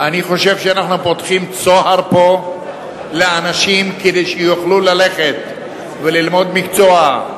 אני חושב שאנחנו פותחים פה צוהר לאנשים כדי שיוכלו ללכת וללמוד מקצוע,